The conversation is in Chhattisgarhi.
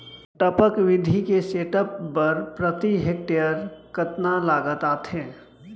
टपक विधि के सेटअप बर प्रति हेक्टेयर कतना लागत आथे?